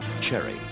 Cherry